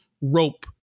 rope